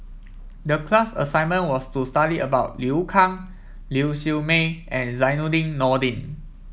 the class assignment was to study about Liu Kang Lau Siew Mei and Zainudin Nordin